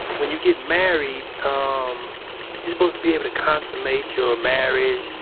when you get married, um you're supposed to be able to consummate your marriage.